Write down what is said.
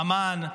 אמ"ן,